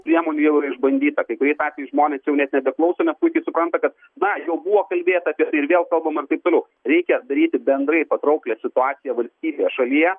priemonių jau yra išbandyta kai kuriais atvejais žmonės jau net nebeklauso nes puikiai supranta kad na jau buvo kalbėta apie tai ir vėl kalbama ir taip toliau reikia daryti bendrai patrauklią situaciją valstybėje šalyje